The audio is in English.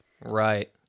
Right